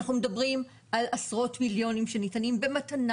ואנחנו מדברים על עשרות מיליונים שניתנים במתנה